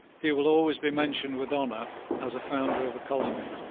he will always be mentioned with honour as a founder of a colony,